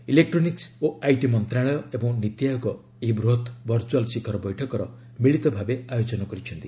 electronics ଓ IT ମନ୍ତ୍ରଣାଳୟ ଏବଂ ନୀତିଆୟୋଗ ଏହି ବୃହତ୍ ଭର୍ଚ୍ଚଆଲ୍ ଶିଖର ବୈଠକର ମିଳିତ ଭାବେ ଆୟୋଜନ କରିଛନ୍ତି